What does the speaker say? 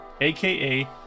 aka